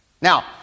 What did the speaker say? Now